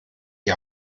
die